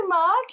Mark